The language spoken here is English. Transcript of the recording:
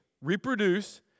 reproduce